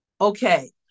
Okay